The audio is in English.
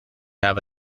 have